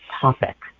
topic